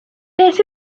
beth